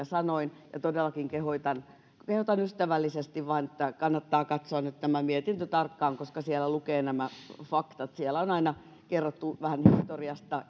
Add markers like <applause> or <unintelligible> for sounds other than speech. <unintelligible> sanoin ja todellakin kehotan kehotan ystävällisesti vain että kannattaa katsoa nyt tämä mietintö tarkkaan koska siellä lukee nämä faktat siellä on aina kerrottu vähän historiasta <unintelligible>